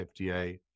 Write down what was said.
FDA